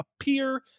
appear